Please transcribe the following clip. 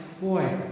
boy